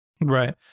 Right